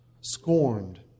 scorned